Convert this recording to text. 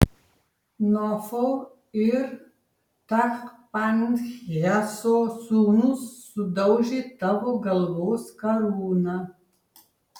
nofo ir tachpanheso sūnūs sudaužė tavo galvos karūną